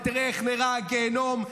ותראה איך נראה הגיהינום,